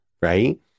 right